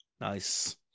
Nice